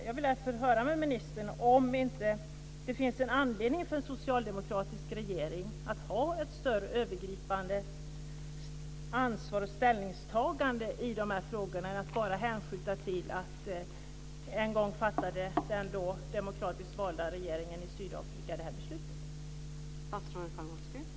Jag vill därför höra med ministern om det inte finns anledning för en socialdemokratisk regering att ha ett större övergripande ansvar och ställningstagande i de här frågorna än att bara hänvisa till att en gång fattade den då demokratiskt valda regeringen i Sydafrika det här beslutet.